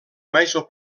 major